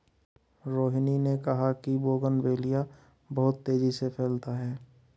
रोहिनी ने कहा कि बोगनवेलिया बहुत तेजी से फैलता है